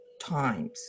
times